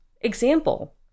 Example